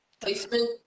Placement